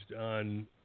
on